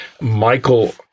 Michael